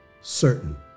certain